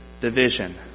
division